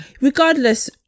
Regardless